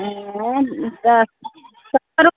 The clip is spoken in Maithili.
सत्तर